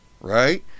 right